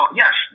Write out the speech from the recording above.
yes